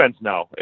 no